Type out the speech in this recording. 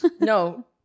no